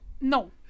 No